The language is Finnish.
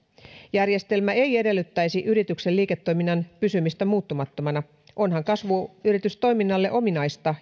järjestelmä ei edellyttäisi yrityksen liiketoiminnan pysymistä muuttumattomana onhan kasvuyritystoiminnalle ominaista